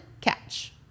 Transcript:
catch